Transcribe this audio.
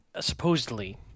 supposedly